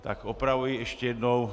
Tak opravuji ještě jednou.